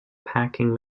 packing